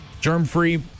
Germ-free